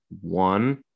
One